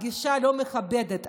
הגישה הלא-מכבדת,